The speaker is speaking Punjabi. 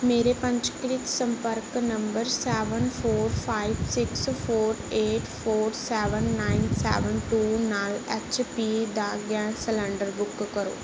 ਮੇਰੇ ਪੰਜੀਕ੍ਰਿਤ ਸੰਪਰਕ number seven four five six four eight four seven nine seven two ਨਾਲ ਐੱਚਪੀ ਦਾ ਗੈਸ ਸਿਲੰਡਰ ਬੁੱਕ ਕਰੋ